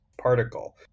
particle